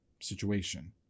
situation